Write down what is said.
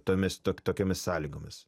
tomis tokiomis sąlygomis